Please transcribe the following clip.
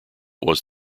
was